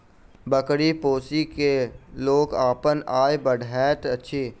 बकरी पोसि क लोक अपन आय बढ़बैत अछि